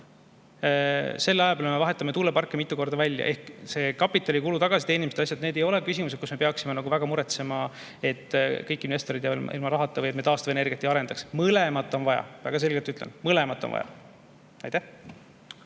Selle aja peale me vahetame tuuleparke mitu korda välja. Ehk need kapitalikulu tagasiteenimise asjad ei ole küsimus, mille puhul me peaksime väga muretsema, et kõik investorid jäävad ilma rahata või taastuvenergiat ei arendata. Mõlemat on vaja! Ma väga selgelt ütlen: mõlemat on vaja. Aitäh!